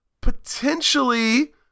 potentially